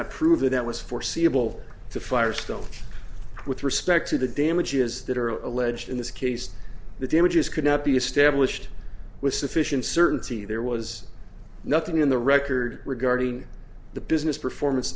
have proven that was foreseeable to firestone with respect to the damages that are alleged in this case the damages could not be established with sufficient certainty there was nothing in the record regarding the business performance